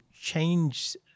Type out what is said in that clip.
change